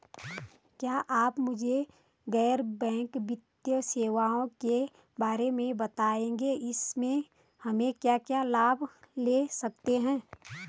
क्या आप मुझे गैर बैंक वित्तीय सेवाओं के बारे में बताएँगे इसमें हम क्या क्या लाभ ले सकते हैं?